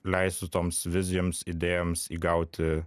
leistų toms vizijoms idėjoms įgauti